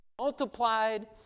multiplied